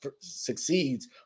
succeeds